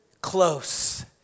close